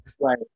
Right